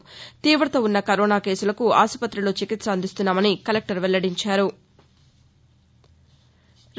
జిల్లాలో తీవత ఉన్న కరోనా కేసులకు ఆసుపుతిలో చికిత్స అందిస్తున్నామని కలెక్టర్ వెల్లడించారు